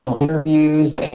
interviews